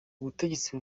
ubutegetsi